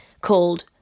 called